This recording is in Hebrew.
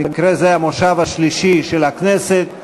במקרה זה המושב השלישי של הכנסת,